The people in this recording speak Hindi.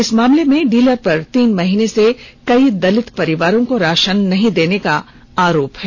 इस मामले में डीलर पर तीन महीने से कई दलित परिवारों को राशन नहीं देने का आरोप है